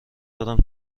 دارم